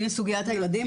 נגיע לסוגיית הילדים,